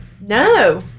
No